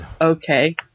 Okay